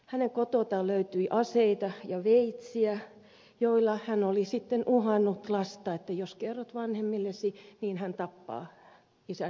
hänen kotoaan löytyi aseita ja veitsiä joilla hän oli sitten uhannut lasta että jos kerrot vanhemmillesi niin hän tappaa isän ja äidin